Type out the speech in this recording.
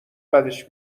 بدش